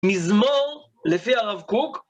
מזמור, לפי הרב קוק.